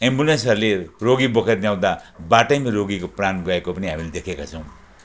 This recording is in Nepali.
एम्बुलेन्सहरूले रोगी बोकेर ल्याउँदा बाटैमा रोगीको प्राण गएको पनि हामीले देखेका छौँ